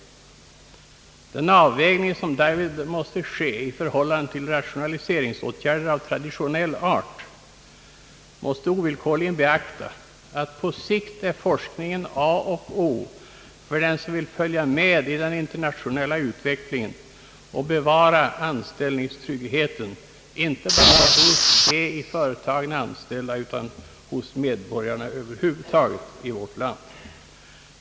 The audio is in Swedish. Den avvägning som därvid måste ske i förhållande till rationaliseringsåtgärder av traditionell art måste ovillkorligen beakta att på sikt är forskningen A och O för den som vill följa med i den internationella utvecklingen och bevara anställningstryggheten inte bara hos de i företagen anställda utan hos medborgarna över huvud taget i vårt land.